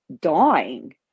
dying